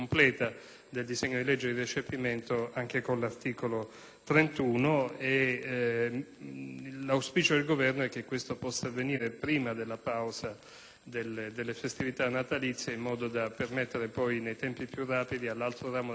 L'auspicio del Governo è che questo possa avvenire prima della pausa delle festività natalizie, in modo tale da permettere nei tempi più rapidi all'altro ramo del Parlamento di varare definitivamente questo importante Trattato.